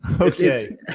Okay